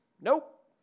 Nope